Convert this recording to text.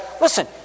listen